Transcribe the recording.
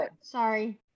sorry